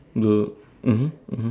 the mmhmm mmhmm